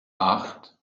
acht